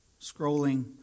scrolling